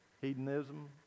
hedonism